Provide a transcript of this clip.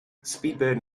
speedbird